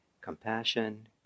compassion